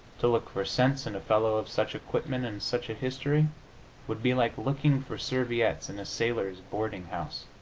to look for sense in a fellow of such equipment and such a history would be like looking for serviettes in a sailors' boarding-house.